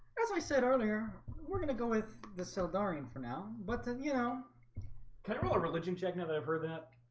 as i said earlier we're gonna go with the so darian for now, but then you know can't really religion check now that i've heard that